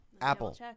apple